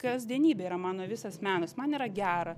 kasdienybė yra mano visas menas man yra gera